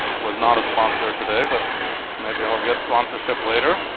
was not a sponsor today, but maybe it'll get sponsorship later.